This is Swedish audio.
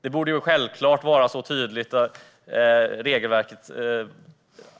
Det borde ju självklart vara tydligt i regelverket